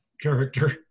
character